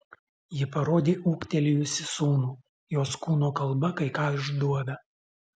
ji parodė ūgtelėjusį sūnų jos kūno kalba kai ką išduoda